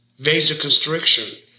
vasoconstriction